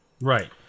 right